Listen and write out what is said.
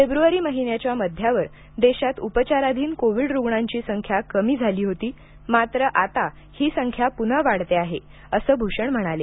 फेब्रवारी महिन्याच्या मध्यावर देशात उपचाराधीन कोविड रुग्णांची संख्या कमी झाली होती मात्र आता ही संख्या प्रन्हा वाढते आहे असं भूषण म्हणाले